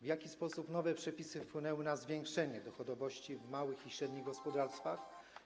W jaki sposób nowe przepisy wpłynęły na zwiększenie dochodowości małych i średnich gospodarstw?